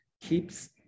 keeps